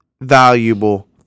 valuable